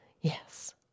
Yes